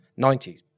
90s